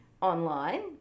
online